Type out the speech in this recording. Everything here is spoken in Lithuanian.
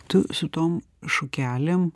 tu su tom šukelėm